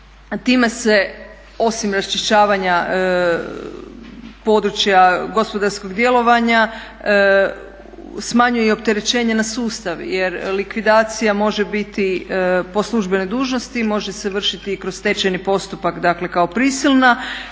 time se osim raščišćavanja područja gospodarskog djelovanja smanjuje i opterećenje na sustav jer likvidacija može biti po službenoj dužnosti, može se vršiti i kroz stečajni postupak dakle kao prisilna